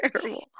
terrible